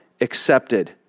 accepted